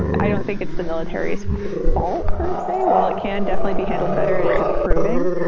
and i don't think it's the military's fault per say. while it can definitely be handled better, it's improving